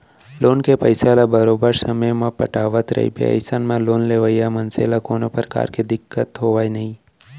loan के पइसा ल बरोबर समे म पटावट रहिबे अइसन म लोन लेवइया मनसे ल कोनो परकार के दिक्कत होवय नइ